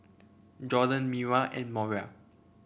Jorden Mira and Moriah